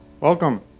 Welcome